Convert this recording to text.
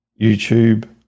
YouTube